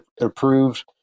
approved